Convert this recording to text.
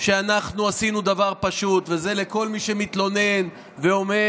שאנחנו עשינו דבר פשוט, וזה לכל מי שמתלונן ואומר: